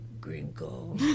gringo